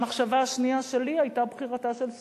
המחשבה השנייה שלי היתה "בחירתה של סופי".